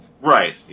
Right